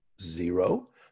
Zero